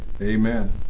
Amen